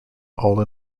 all